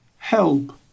help